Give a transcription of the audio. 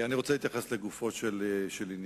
אני רוצה להתייחס לגופו של עניין.